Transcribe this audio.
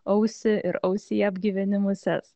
ausį ir ausyje apgyveni muses